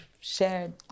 shared